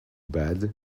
bad